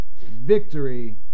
victory